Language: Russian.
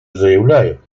заявляем